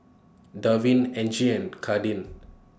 Davin Angie and Kadin